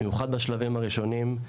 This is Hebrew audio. במיוחד בשלבים הראשונים,